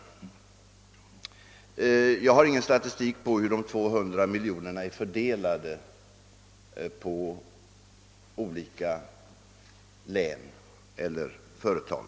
Jag har ingen statistik över hur de 200 miljonerna är fördelade på olika län eller företag.